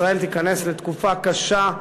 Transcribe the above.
ישראל תיכנס לתקופה קשה,